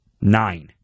Nine